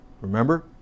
Remember